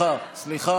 לא, היא פה.